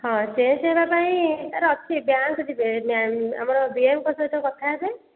ହଁ ସେ ସେବା ପାଇଁ ତା'ର ଅଛି ବ୍ୟାଙ୍କ୍ ଯିବେ ଆମର ବିଏମ୍ଙ୍କ ସହ କଥା ହେବେ